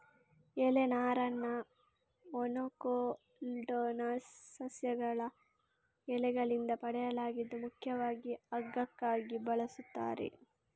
ಎಲೆ ನಾರನ್ನ ಮೊನೊಕೊಟಿಲ್ಡೋನಸ್ ಸಸ್ಯಗಳ ಎಲೆಗಳಿಂದ ಪಡೆಯಲಾಗಿದ್ದು ಮುಖ್ಯವಾಗಿ ಹಗ್ಗಕ್ಕಾಗಿ ಬಳಸ್ತಾರೆ